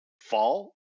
Fall